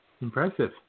Impressive